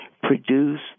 produce